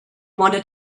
wanted